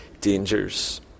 dangers